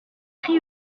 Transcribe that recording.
cris